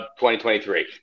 2023